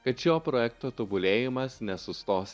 kad šio projekto tobulėjimas nesustos